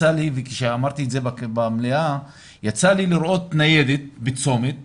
כשאמרתי את זה במליאה, יצא לי לראות ניידת בצומת